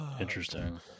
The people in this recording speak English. Interesting